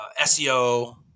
SEO